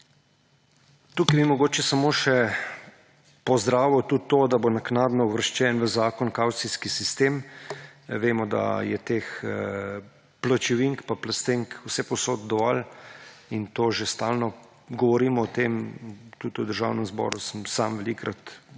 Tukaj bi mogoče samo še pozdravil tudi to, da bo naknadno uvrščen v zakon kavcijski sistem. Vemo, da je teh pločevink pa plastenk povsod dovolj in o tem že stalno govorim o tem, tudi v državnem zboru sem sam velikokrat